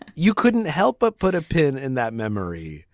and you couldn't help but put a pin in that memory.